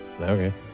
Okay